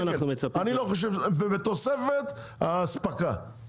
ובתוספת האספקה.